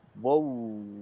whoa